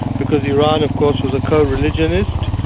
because iran of course was a coreligionist,